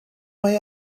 mae